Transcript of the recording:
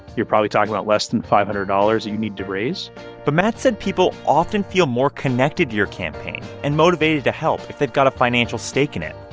you're probably talking about less than five hundred dollars that you need to raise but matt said people often feel more connected to your campaign and motivated to help if they've got a financial stake in it,